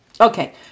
okay